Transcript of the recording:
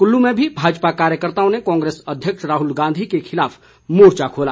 कुल्लू में भी भाजपा कार्यकर्ताओं ने कांग्रेस अध्यक्ष राहुल गांधी के खिलाफ मोर्चा खोला